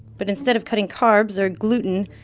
but instead of cutting carbs or gluten,